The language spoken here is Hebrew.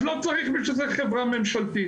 אז לא צריך בשביל זה חברה ממשלתית.